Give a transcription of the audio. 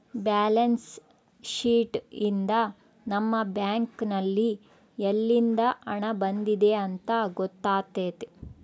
balance sheet ಯಿಂದ ನಮ್ಮ bank ನಲ್ಲಿ ಯಲ್ಲಿಂದ ಹಣ ಬಂದಿದೆ ಅಂತ ಗೊತ್ತಾತತೆ